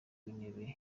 w’intebe